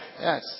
Yes